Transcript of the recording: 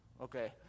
Okay